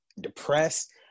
depressed